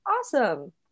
awesome